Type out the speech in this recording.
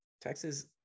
Texas